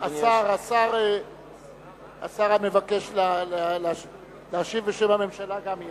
השר המבקש להשיב בשם הממשלה גם יהיה